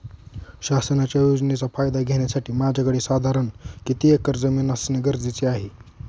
शासनाच्या योजनेचा फायदा घेण्यासाठी माझ्याकडे साधारण किती एकर जमीन असणे गरजेचे आहे?